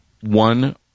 one